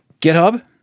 GitHub